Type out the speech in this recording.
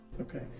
Okay